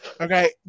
Okay